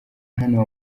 hano